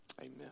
amen